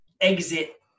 exit